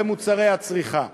במוצרי הצריכה.